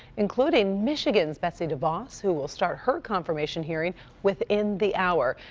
including michigan's betsy devos who will start her confirmation hearing within the hour,